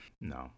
no